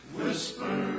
whisper